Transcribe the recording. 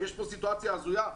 יש פה סיטואציה הזויה.